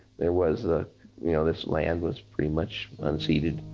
there was ah you know this land was pretty much unceded.